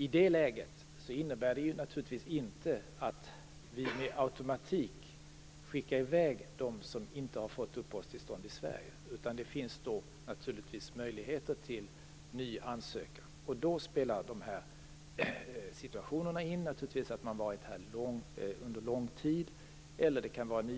I det läget innebär det naturligtvis inte att vi med automatik skickar i väg dem som inte har fått uppehållstillstånd i Sverige, utan det finns möjligheter till ny ansökan. Då spelar det naturligtvis in att man har varit här under en lång tid,